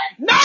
No